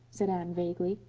said anne vaguely.